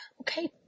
okay